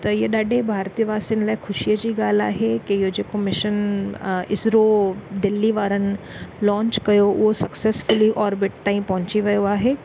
त हीअ ॾीढे भारतीय वासिनि जे लाइ ख़ुशीअ जी ॻाल्हि आहे की इहो जेको मिशन इसरो दिल्ली वारनि लॉन्च कयो उहो सक्सेसफुली ऑर्बिट ताईं पहुची वियो आहे